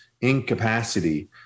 incapacity